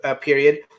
period